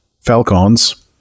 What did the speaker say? Falcons